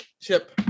chip